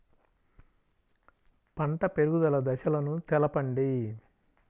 పంట పెరుగుదల దశలను తెలపండి?